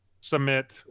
submit